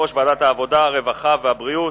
יושב-ראש ועדת העבודה, הרווחה והבריאות,